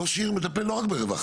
ראש עיר מטפל לא רק ברווחה.